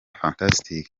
fantastic